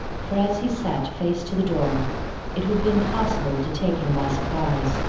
for as he sat face to the door it would be impossible to take him by surprise,